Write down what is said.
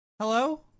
Hello